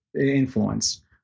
influence